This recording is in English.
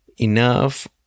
enough